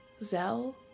Zell